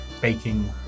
baking